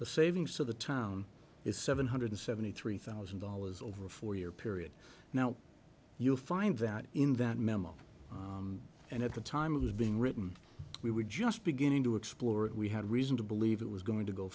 the savings to the town is seven hundred seventy three thousand dollars over four year period now you'll find that in that memo and at the time it was being written we were just beginning to explore it we had reason to believe it was going to go